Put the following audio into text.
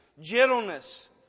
gentleness